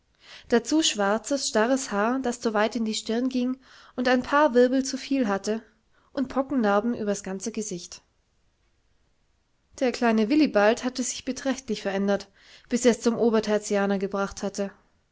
dazu schwarzes starres haar das zu weit in die stirn ging und ein paar wirbel zu viel hatte und pockennarben übers ganze gesicht der kleine willibald hatte sich beträchtlich verändert bis ers zum obertertianer gebracht hatte